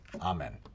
Amen